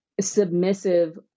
submissive